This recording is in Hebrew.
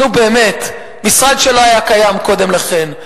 נו, באמת, משרד שלא היה קיים קודם לכן.